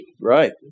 right